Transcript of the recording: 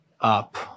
up